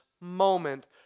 moment